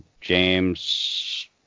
James